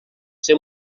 ser